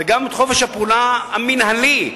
וגם חופש הפעולה המינהלי,